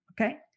okay